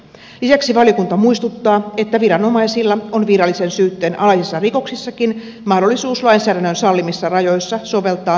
lisäksi valiokunta muistuttaa että viranomaisilla on virallisen syytteen alaisissa rikoksissakin mahdollisuus lainsäädännön sallimissa rajoissa soveltaa toimenpiteestäluopumissäännöksiä